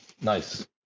Nice